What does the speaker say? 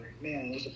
Man